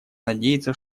надеяться